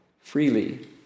freely